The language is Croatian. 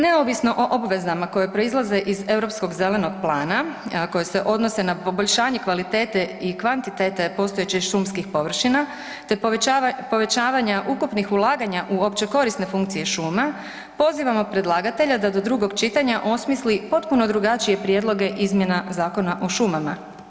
Neovisno o obvezama koje proizlaze iz europskog zelenog plana a koje se odnose na poboljšanje kvalitete i kvantitete postojećih šumskih površina te povećavanja ukupnih ulaganja u opće korisne funkcije šuma pozivamo predlagatelja da do drugog čitanja osmisli potpuno drugačije prijedloge izmjena Zakona o šumama.